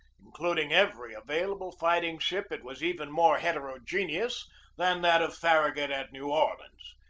including every available fighting ship, it was even more heterogeneous than that of farragut at new orleans.